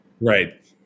Right